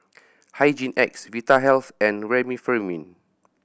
Hygin X Vitahealth and Remifemin